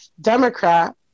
Democrat